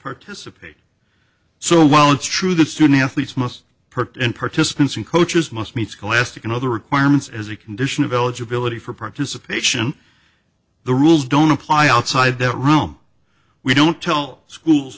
participate so while it's true that student athletes must perfect and participants and coaches must meet scholastic and other requirements as a condition of eligibility for participation the rules don't apply outside that room we don't tell schools